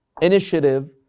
initiative